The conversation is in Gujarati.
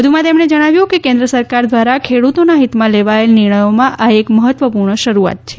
વધુમાં તેમણે જણાવ્યું કે કેન્દ્ર સરકાર દ્વારા ખેડૂતોના હિતમાં લેવાયેલ નિર્ણયોમાં આ એક મહત્વપૂર્ણ શરૂઆત છે